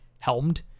helmed